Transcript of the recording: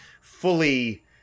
fully